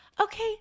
Okay